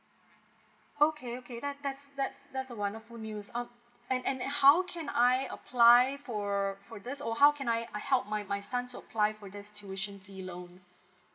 okay okay that's that's that's a wonderful news um and and how can I apply for for this or how can I I help my my son to apply for this tuition fee loan